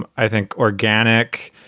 um i think, organic,